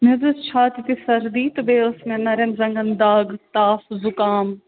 مےٚ حظ ٲس چھاتہِ تہِ سردی تہٕ بیٚیہِ ٲس مےٚ نَرٮ۪ن زَنٛگَن دَگ تف زُکام